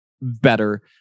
better